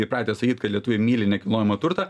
įpratę sakyt kad lietuviai myli nekilnojamą turtą